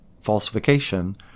falsification